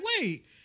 wait